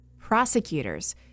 Prosecutors